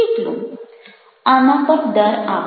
આના પર દર આપો